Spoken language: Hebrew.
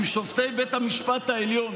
אם שופטי בית המשפט העליון,